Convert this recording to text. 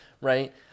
right